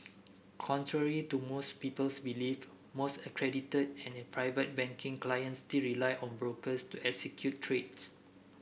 contrary to most people's belief most accredited and Private Banking clients still rely on brokers to execute trades